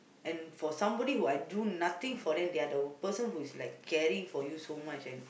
and for somebody that I do nothing for them they are the person who is like caring for you so much and